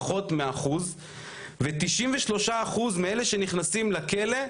פחות מאחוז ו- 93 אחוז מאלה שנכנסים לכלא,